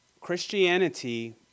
Christianity